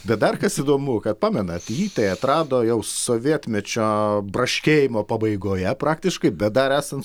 bet dar kas įdomu kad pamenat jį tai atrado jau sovietmečio braškėjimo pabaigoje praktiškai bet dar esant